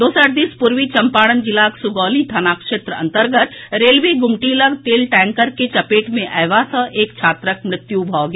दोसर दिस पूर्वी चम्पारण जिलाक सुगौली थाना क्षेत्र अन्तर्गत रेलवे गुमटी लऽग तेल टेंकर के चपेट मे अयबा सँ एक छात्रक मृत्यु भऽ गेल